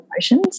emotions